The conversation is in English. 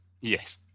Yes